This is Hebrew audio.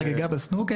הענף הזה מצוין.